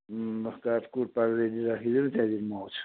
ल काटकुट् पारेर राखिदिनू त्यहाँदेखि म आउँछु